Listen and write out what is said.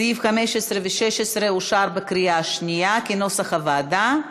סעיפים 15 ו-16 אושרו בקריאה שנייה כנוסח הוועדה.